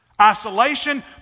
Isolation